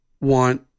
want